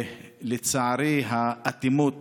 לצערי, האטימות